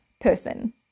person